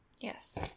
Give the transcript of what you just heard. Yes